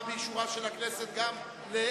בנק הדואר זכה באישורה של הכנסת גם ל-2010.